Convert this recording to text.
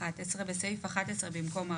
יש פה פגיעה קשה בכושר התחרות,